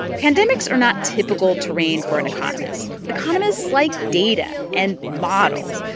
pandemics are not typical terrain for an economist. economists like data and models,